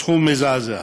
סכום מזעזע.